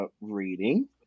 reading